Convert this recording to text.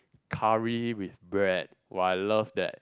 curry with bread !wah! I love that